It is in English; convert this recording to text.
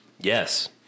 Yes